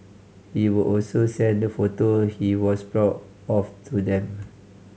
he would also send the photo he was proud of to them